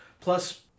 Plus